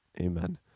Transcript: Amen